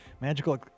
magical